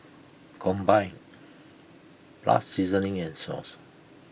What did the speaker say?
combined plus seasoning and sauce